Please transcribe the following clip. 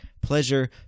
pleasure